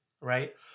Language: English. Right